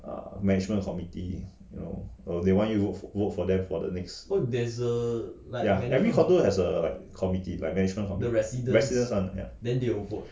err management committee you know oh they want you vote vote for them for the next ya every condo has err like a committee like management committee resident one ya